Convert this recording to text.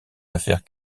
affaires